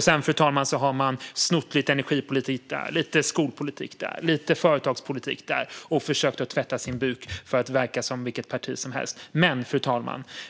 Sedan har de snott lite energipolitik där, lite skolpolitik där och lite företagspolitik där och försökt tvätta sin byk för att verka som vilket parti som helst. Fru talman!